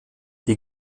die